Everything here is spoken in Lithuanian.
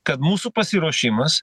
kad mūsų pasiruošimas